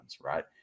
right